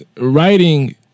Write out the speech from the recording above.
writing